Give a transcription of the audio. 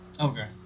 Okay